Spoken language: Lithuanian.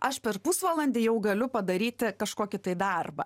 aš per pusvalandį jau galiu padaryti kažkokį tai darbą